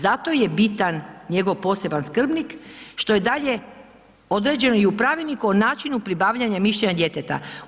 Zato je bitan njegov poseban skrbnik što je dalje određeno i u pravilniku o načinu pribavljanja mišljenja djeteta.